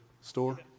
store